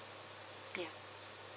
yeah